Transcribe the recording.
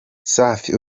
safi